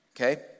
Okay